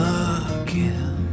again